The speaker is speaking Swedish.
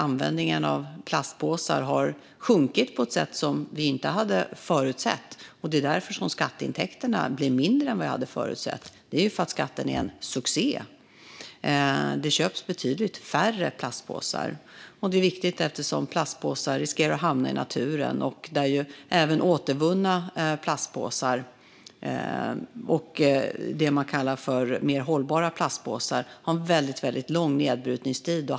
Användningen av plastpåsar har sjunkit på ett sätt som vi inte hade förutsett. Det är därför skatteintäkterna blir mindre än vad jag hade förutsett. Det är ju för att skatten är en succé. Det köps betydligt färre plastpåsar. Detta är viktigt, eftersom plastpåsar riskerar att hamna i naturen. Även återvunna plastpåsar och det man kallar för mer hållbara plastpåsar har en väldigt lång nedbrytningstid.